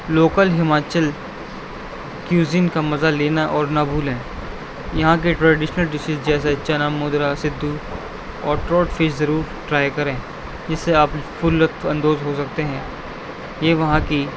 local Himachal cuisine کا مزہ لینا اور نہ بھولیں یہاں کے ٹریڈشنل ڈیشز جیسے چنا مدرا سدھو اور ٹروٹ فش ضرور ٹرائی کریں اس سے آپ فل لطف اندوز ہو سکتے ہیں یہ وہاں کی